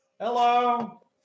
Hello